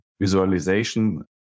visualization